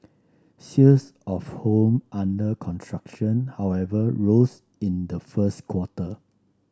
sales of home under construction however rose in the first quarter